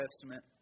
Testament